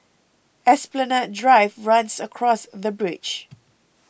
Esplanade Drive runs across the bridge